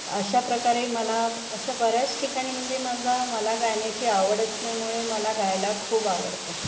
अशा प्रकारे मला अशा बऱ्याच ठिकाणी म्हणजे माझा मला गाण्याची आवड असल्यामुळे मला गायला खूप आवडते